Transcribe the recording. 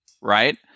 right